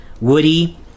Woody